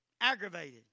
aggravated